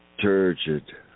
turgid